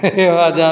फिरसे बाजब